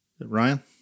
Ryan